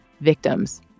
victims